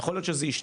אלא אם כן זה השתנה,